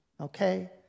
Okay